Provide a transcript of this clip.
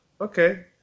okay